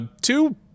two